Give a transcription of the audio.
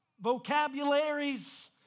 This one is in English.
vocabularies